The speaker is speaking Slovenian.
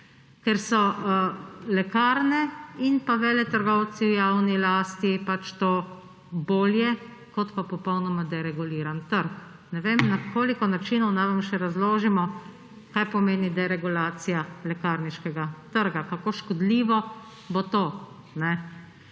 ker so lekarne in veletrgovci v javni lasti bolje kot pa popolnoma dereguliran trg. Ne vem, na koliko načinov naj vam še razložimo, kaj pomeni deregulacija lekarniškega trga, kako škodljivo bo to.